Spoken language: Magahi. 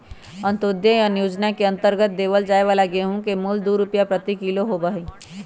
अंत्योदय अन्न योजना के अंतर्गत देवल जाये वाला गेहूं के मूल्य दु रुपीया प्रति किलो होबा हई